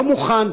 לא מוכן.